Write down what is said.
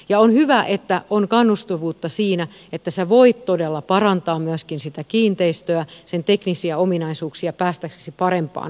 ja on hyvä että on kannustavuutta siinä että sinä todella voit parantaa myöskin sitä kiinteistöä sen teknisiä ominaisuuksia päästäksesi parempaan lopputulokseen